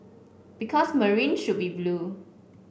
because Marine should be blue